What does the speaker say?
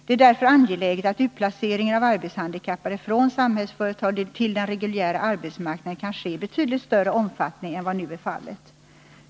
Det är därför angeläget att utplaceringen av arbetshandikappade från Samhällsföretag till den reguljära arbetsmarknaden kan skei betydligt större omfattning än vad nu är fallet.